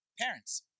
Parents